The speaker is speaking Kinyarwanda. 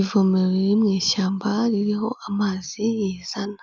Ivomo riri mu ishyamba ririho amazi yizana,